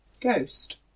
Ghost